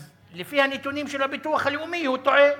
אז לפי הנתונים של הביטוח הלאומי הוא טועה.